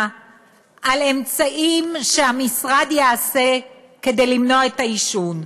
על אמצעים שהמשרד ינקוט כדי למנוע עישון.